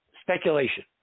speculation